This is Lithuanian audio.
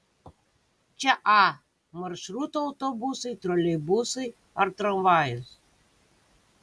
čia a maršruto autobusai troleibusai ar tramvajus